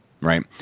right